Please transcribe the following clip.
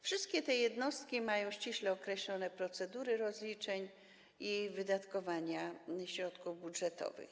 Wszystkie te jednostki mają ściśle określone procedury rozliczeń i wydatkowania środków budżetowych.